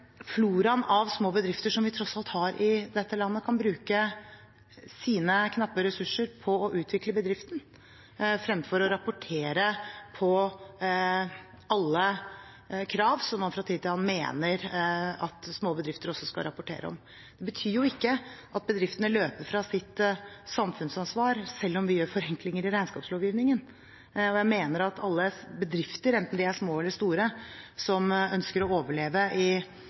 av små bedrifter som vi tross alt har i dette landet, kan bruke sine knappe ressurser på å utvikle bedriften fremfor å rapportere på alle krav som man fra tid til annen mener at små bedrifter også skal rapportere om. Det betyr ikke at bedriftene løper fra sitt samfunnsansvar selv om vi gjør forenklinger i regnskapslovgivningen. Jeg mener at alle bedrifter – enten de er små eller store – som ønsker å overleve i